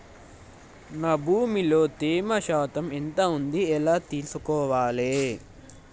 నా భూమి లో తేమ శాతం ఎంత ఉంది ఎలా తెలుసుకోవాలే?